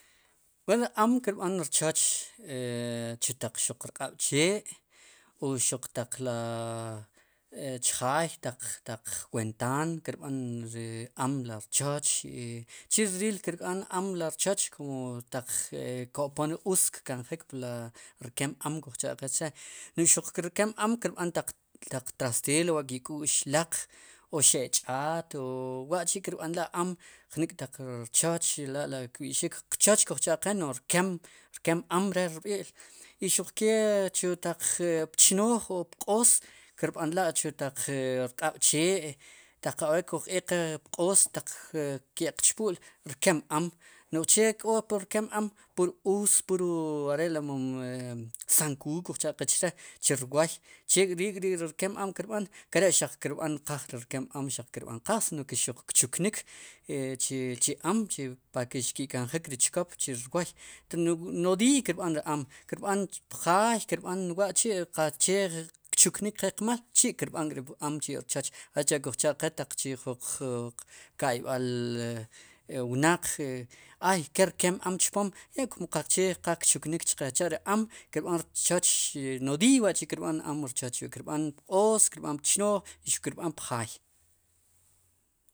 Wa ri am kirb'an rchoch e chu taq xuq rq'ab' chee o xuq taq li chjaay, taq, taq ventaan kirb'an ri am rir chooch chek' riil kirb'an am rir choch kum ataq kopom ke us kkanjik pri rkem am kuj cha'qe che' no'j xuq rkem am kirb'an taq, ta cielo wa' ki'k'u'x laqo xe'ch'aat o wa'chi' kirb'anla' am jnik'taq rchoch are'la'kb'ixik qchooch kuj cha'qe no'j rkem, rkem am re'rb'i' i xuq kee taq pchnooj o pq'oos kb'an la' chu taq rq'ab' chee taq are'kuj eek qe pq'oos ke'q chpu'l rkem am no'j che k'o pu rkem am pur us pur are'li mon sakuud kujcha' qe che' chu rwoy chekp riil ri'ri rkem am kirb'an nkere' xaq kirb'an qaj sino xuq kchuknik chi am pake xki'kanjik ri chkop chi rwoy nodiiy kirb'an ri am kirb'an pjaay kirb'an wa' chi' qaqche kchuknik qe'qmal chi'kirb'an ri am ri rchochsicha'kuj cha'qe che junqka'ib'al wnaq e hay ke rkem am chpom i kum qaqche qal kchuknik chqe chá re am kirb'an rchoch nodiiy wa'chi' kirb'an am rchoch kirb'an pq'oos kirb'an pchnooj xuq kirb'an pjaay.